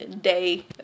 day